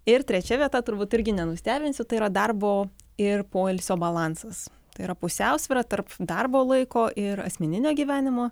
ir trečia vieta turbūt irgi nenustebinsiu tai yra darbo ir poilsio balansas yra pusiausvyrą tarp darbo laiko ir asmeninio gyvenimo